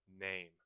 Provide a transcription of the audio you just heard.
name